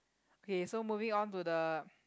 K so moving on to the